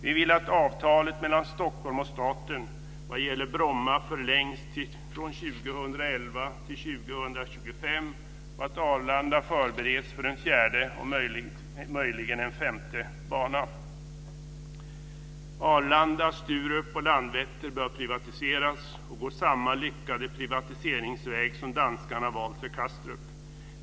Vi vill att avtalet mellan Stockholm och staten vad gäller Bromma förlängs från 2011 till 2025 och att Arlanda förbereds för en fjärde och möjligen också en femte bana. Arlanda, Sturup och Landvetter bör privatiseras och gå samma lyckade privatiseringsväg som danskarna valt för Kastrup.